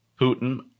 Putin